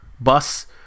bus